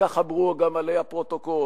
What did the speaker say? וכך אמרו גם עלי הפרוטוקול,